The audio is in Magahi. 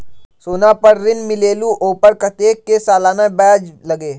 सोना पर ऋण मिलेलु ओपर कतेक के सालाना ब्याज लगे?